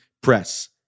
press